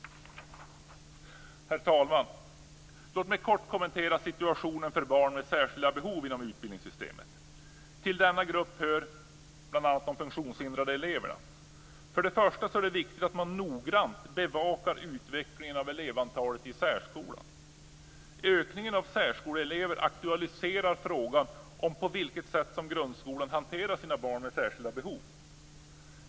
Herr talman! Låt mig kort kommentera situationen för barn med särskilda behov inom utbildningssystemet. Till denna grupp hör bl.a. de funktionshindrade eleverna. Det är viktigt att man noggrant bevakar utvecklingen av elevantalet i särskolan. Ökningen av antalet särskoleelever aktualiserar frågan om på vilket sätt grundskolan hanterar barn med särskilda behov.